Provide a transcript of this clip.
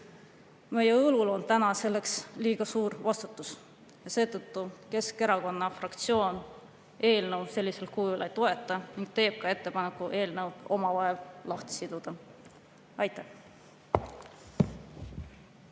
Meie õlul on täna selleks liiga suur vastutus. Seetõttu Keskerakonna fraktsioon eelnõu sellisel kujul ei toeta ning teeb ka ettepaneku eelnõud omavahel lahti siduda. Aitäh!